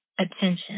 attention